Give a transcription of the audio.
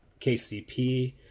KCP